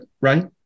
right